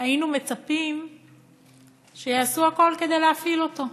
היינו מצפים שיעשו הכול כדי להפעיל אותו.